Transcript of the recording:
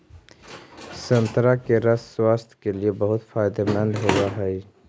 संतरा के रस स्वास्थ्य के लिए बहुत फायदेमंद होवऽ हइ